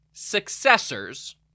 successors